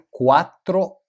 cuatro